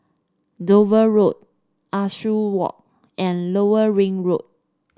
Dover Road Ah Soo Walk and Lower Ring Road